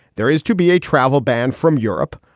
there is to be a travel ban from europe.